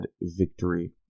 victory